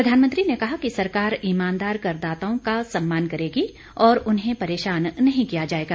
प्रधानमंत्री ने कहा कि सरकार ईमानदार करदाताओं का सम्मान करेगी और उन्हें परेशान नहीं किया जाएगा